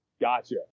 Gotcha